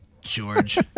George